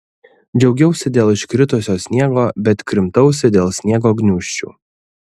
džiaugiausi dėl iškritusio sniego bet krimtausi dėl sniego gniūžčių